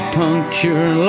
puncture